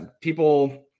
People